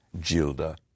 Gilda